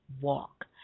walk